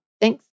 Thanks